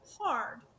hard